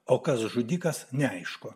o kas žudikas neaišku